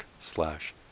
slash